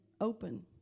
open